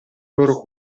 loro